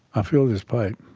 i fill this pipe.